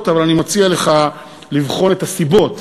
אבל אני מציע לך לבחון את הסיבות.